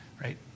right